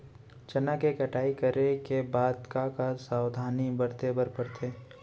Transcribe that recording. चना के कटाई करे के बाद का का सावधानी बरते बर परथे?